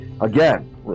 again